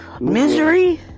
Misery